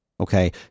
okay